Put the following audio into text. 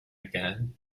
again